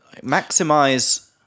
Maximize